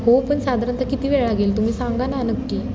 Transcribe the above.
हो पण साधारणतः किती वेळ लागेल तुम्ही सांगा ना नक्की